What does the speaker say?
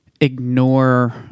ignore